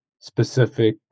specific